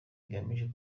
igamije